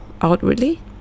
outwardly